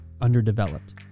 underdeveloped